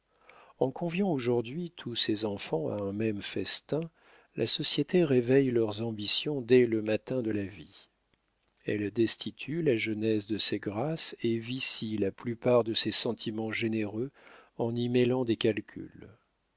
en conviant aujourd'hui tous ses enfants à un même festin la société réveille leurs ambitions dès le matin de la vie elle destitue la jeunesse de ses grâces et vicie la plupart de ses sentiments généreux en y mêlant des calculs